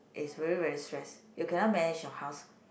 is really very stress you cannot manage your house